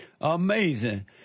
Amazing